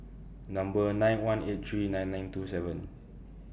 Number nine one eight three nine nine two seven